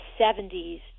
70s